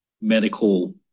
medical